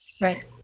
right